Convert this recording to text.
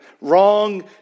wrong